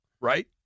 right